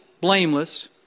blameless